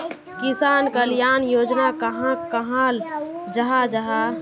किसान कल्याण योजना कहाक कहाल जाहा जाहा?